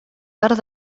part